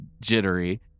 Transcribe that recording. jittery